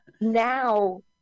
now